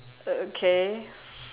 oh okay